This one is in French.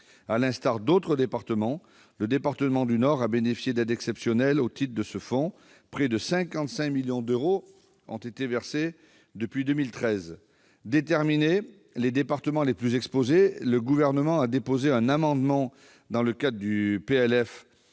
À l'instar d'autres départements, le département du Nord a bénéficié d'aides exceptionnelles au titre de ces fonds : près de 55 millions d'euros lui ont été versés depuis 2013. Déterminé à aider les départements les plus exposés, le Gouvernement a également déposé un amendement au projet de loi